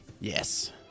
Yes